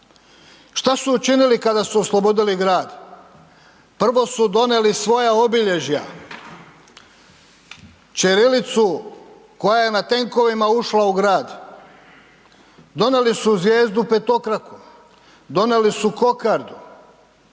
šta su učinili kada su oslobodili grad? Prvo su donijeli svoja obilježja ćirilicu koja je na tenkovima ušla u grad, donijeli su zvijezdu petokraku, donijeli su kokardu